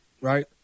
right